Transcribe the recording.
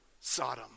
Sodom